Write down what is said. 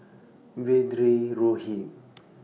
Vedre Rohit